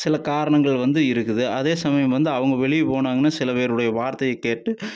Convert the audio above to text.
சில காரணங்கள் வந்து இருக்குது அதே சமயம் வந்து அவங்க வெளியே போனாங்கனா சில பேருடைய வார்த்தையை கேட்டு